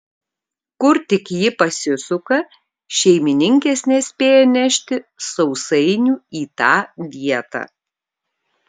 kur tik ji pasisuka šeimininkės nespėja nešti sausainių į tą vietą